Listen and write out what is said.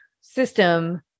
system